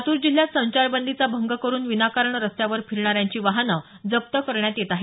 लातूर जिल्ह्यात संचारबंदीचा भंग करुन विनाकारण रस्त्यावर फिरणाऱ्यांची वाहनं जप्त करण्यात येत आहेत